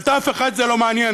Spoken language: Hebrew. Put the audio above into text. את אף אחד זה לא מעניין.